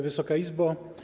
Wysoka Izbo!